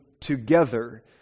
together